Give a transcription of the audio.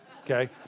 Okay